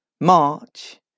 March